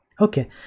Okay